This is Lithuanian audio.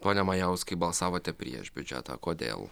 pone majauskai balsavote prieš biudžetą kodėl